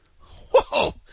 Whoa